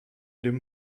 dem